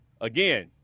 again